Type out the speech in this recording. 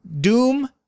Doom